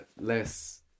less